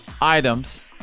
items